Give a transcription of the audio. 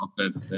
Okay